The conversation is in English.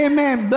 Amen